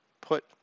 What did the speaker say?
put